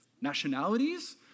nationalities